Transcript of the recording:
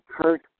Kurt